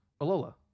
Alola